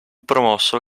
promosso